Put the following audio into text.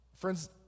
Friends